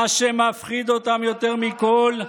מאיפה אתה יודע?